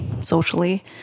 socially